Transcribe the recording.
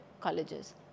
colleges